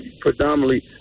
predominantly